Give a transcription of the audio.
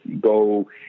go